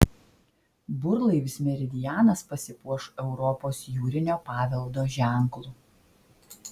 burlaivis meridianas pasipuoš europos jūrinio paveldo ženklu